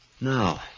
Now